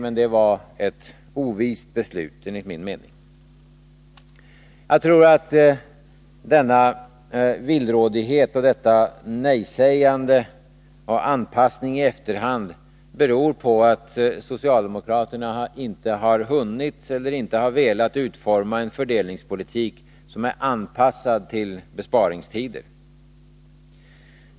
Enligt min mening var det ett ovist beslut. Jag tror att denna villrådighet, detta nejsägande och denna anpassning i efterhand beror på att socialdemokraterna inte har hunnit — eller inte har velat — utforma en fördelningspolitik som är anpassad till besparingstider.